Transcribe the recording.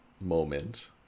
moment